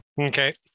Okay